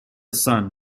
son